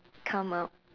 come out